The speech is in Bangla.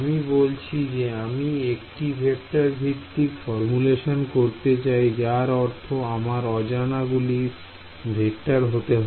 আমি বলেছি যে আমি একটি ভেক্টর ভিত্তিক ফর্মুলেশন করতে চাই যার অর্থ আমার অজানা গুলিকে ভেক্টর হতে হয়